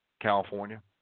California